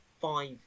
five